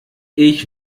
ich